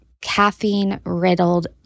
caffeine-riddled